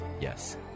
Yes